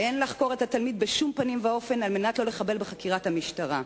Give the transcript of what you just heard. אין לחקור את התלמיד בשום פנים ואופן על מנת לא לחבל בחקירת המשטרה,